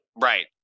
Right